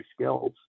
skills